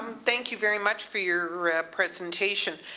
thank you very much for your presentation.